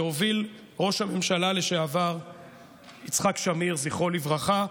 שהוביל ראש הממשלה לשעבר יצחק שמיר זכרו לברכה,